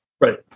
Right